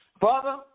Father